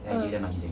mm